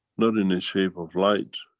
not in the shape of light,